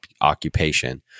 occupation